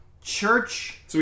Church